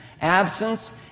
Absence